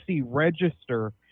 Register